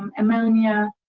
um ammonia,